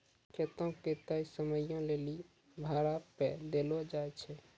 खेतो के तय समयो लेली भाड़ा पे देलो जाय छै